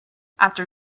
after